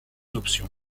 option